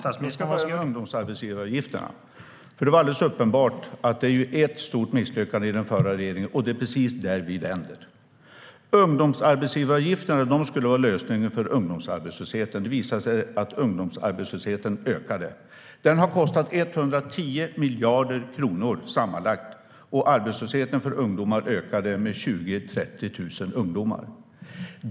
Herr talman! Jag börjar med ungdomsarbetsgivaravgifterna. Det var alldeles uppenbart ett stort misslyckande för den förra regeringen. Det är precis där vi vänder. Ungdomsarbetsgivaravgifterna skulle vara lösningen på ungdomsarbetslösheten. Det visade sig att ungdomsarbetslösheten ökade. Det har kostat 110 miljarder kronor sammanlagt, och arbetslösheten har ökat med 20 000-30 000 ungdomar.